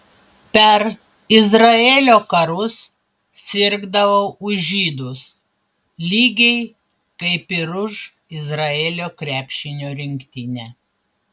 per izraelio karus sirgdavau už žydus lygiai kaip ir už izraelio krepšinio rinktinę